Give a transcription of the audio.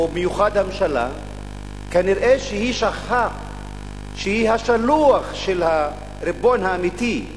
ובמיוחד הממשלה כנראה שכחה שהיא השלוחה של הריבון האמיתי,